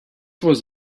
was